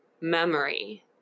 memory